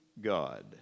God